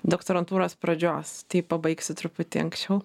doktorantūros pradžios tai pabaigsiu truputį anksčiau